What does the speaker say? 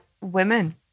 women